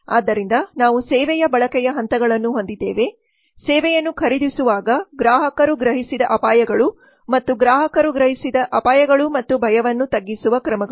ಆದ್ದರಿಂದ ನಾವು ಸೇವೆಯ ಬಳಕೆಯ ಹಂತಗಳನ್ನು ಹೊಂದಿದ್ದೇವೆ ಸೇವೆಯನ್ನು ಖರೀದಿಸುವಾಗ ಗ್ರಾಹಕರು ಗ್ರಹಿಸಿದ ಅಪಾಯಗಳು ಮತ್ತು ಗ್ರಾಹಕರು ಗ್ರಹಿಸಿದ ಅಪಾಯಗಳು ಮತ್ತು ಭಯವನ್ನು ತಗ್ಗಿಸುವ ಕ್ರಮಗಳು